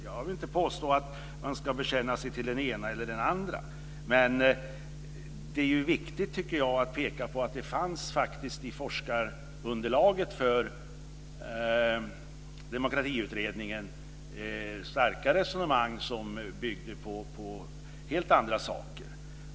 Jag vill inte påstå att man ska bekänna sig till den ena eller andra, men det är viktigt att peka på att det i forskarunderlaget till Demokratiutredningen fanns starka resonemang som byggde på helt andra saker.